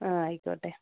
ആ ആയിക്കോട്ടെ